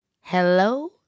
hello